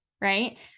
right